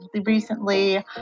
Recently